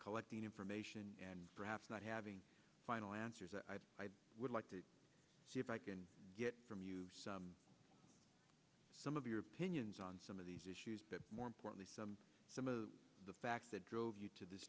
collecting information and perhaps not having final answers i would like to see if i can get from you some of your opinions on some of these issues but more importantly some some of the facts that drove you to this